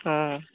অঁ